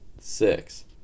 six